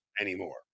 anymore